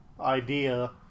idea